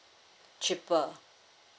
cheaper